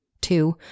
two